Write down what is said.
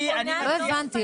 לא הבנתי.